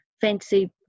fancy